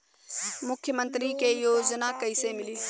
मुख्यमंत्री के योजना कइसे मिली?